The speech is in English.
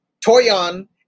Toyon